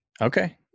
Okay